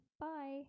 Bye